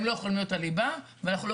הם לא יכולים להיות הליבה ואנחנו לא